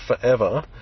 forever